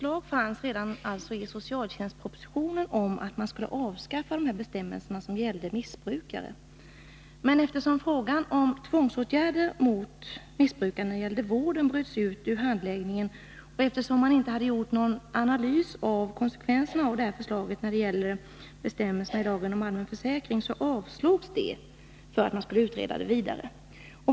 Onsdagen den Förslag fanns alltså redan i socialtjänstpropositionen om att man skulle 24 november 1982 avskaffa de bestämmelser som gällde missbrukare. Eftersom frågan om Socialförsäkringsningen, och eftersom man inte hade gjort någon analys av konsekvenserna av förmåner till missförslaget rörande bestämmelserna i lagen om allmän försäkring, avslogs det brukare för att utredas vidare.